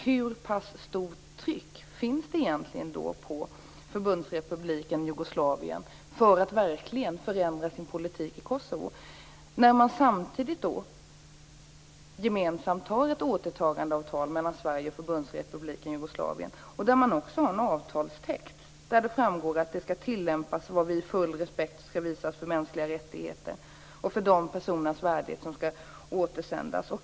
Hur pass stort är trycket egentligen på Förbundsrepubliken Jugoslavien för att de verkligen skall förändra sin politik i Kosovo? Samtidigt finns det ett gemensamt återtagandeavtal mellan Sverige och Förbundsrepubliken Jugoslavien, där det också finns en avtalstext av vilken det framgår att det skall tillämpas så att man visar respekt för mänskliga rättigheter och för de personernas värdighet som skall återsändas.